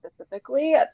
specifically